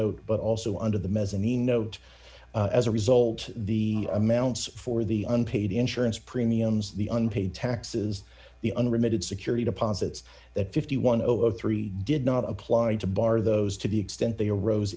note but also under the mezzanine note as a result the amounts for the unpaid insurance premiums the unpaid taxes the unrelated security deposits that fifty one thousand and three did not apply to bar those to the extent they arose